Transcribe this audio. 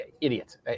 idiots